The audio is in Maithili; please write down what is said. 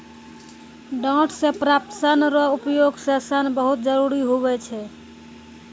डांट से प्राप्त सन रो उपयोग रो सन बहुत जरुरी हुवै छै